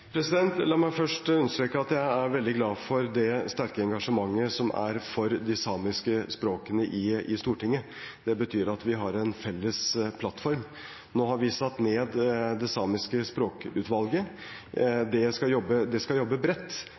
La meg først understreke at jeg er veldig glad for det sterke engasjementet som er for de samiske språkene i Stortinget. Det betyr at vi har en felles plattform. Nå har vi satt ned det samiske språkutvalget. Det skal jobbe